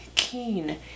keen